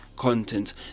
content